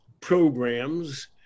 programs